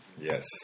Yes